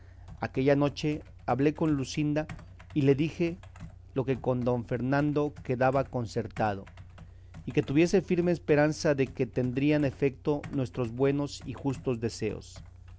aquella noche hablé con luscinda y le dije lo que con don fernando quedaba concertado y que tuviese firme esperanza de que tendrían efeto nuestros buenos y justos deseos